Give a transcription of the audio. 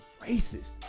racist